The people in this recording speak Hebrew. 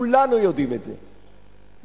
כולנו יודעים את זה,